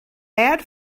add